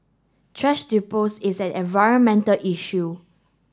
thrash dispose is an environmental issue